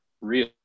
real